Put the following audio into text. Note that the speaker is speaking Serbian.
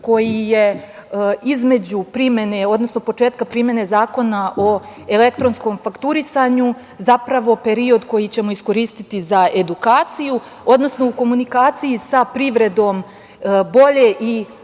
odnosno početka primene Zakona o elektronskom fakturisanju, zapravo period koji ćemo iskoristiti za edukaciju, odnosno u komunikaciji sa privredom bolje i